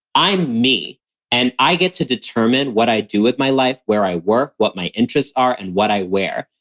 i'm me and i get to determine what i do with my life, where i work, what my interests are and what i wear.